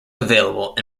available